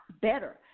better